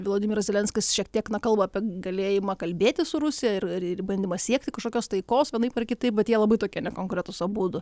vladimiras zelenskis šiek tiek na kalba apie galėjimą kalbėtis su rusija ir ir bandymą siekti kažkokios taikos vienaip ar kitaip bet jie labai tokie nekonkretūs abudu